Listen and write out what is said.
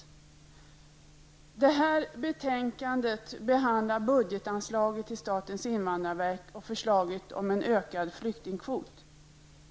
I det här betänkandet behandlas budgetanslaget till statens indvandrarverk och förslaget om ökning av flyktingkvoten.